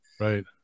Right